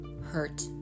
hurt